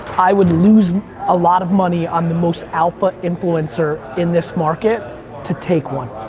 i would lose a lot of money on the most alpha influencer in this market to take one.